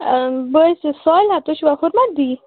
بہٕ حظ چھَس صالِحہ تُہۍ چھُوا ہُرمَت دِی